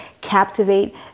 captivate